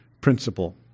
principle